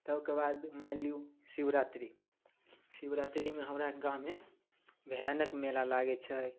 ताहिके बाद मानि लिऔ शिवरात्रि शिवरात्रिमे हमरा गाममे भयानक मेला लागै छै